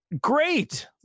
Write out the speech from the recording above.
great